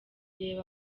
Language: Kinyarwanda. reba